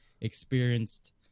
experienced